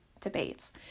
debates